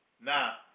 Now